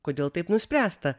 kodėl taip nuspręsta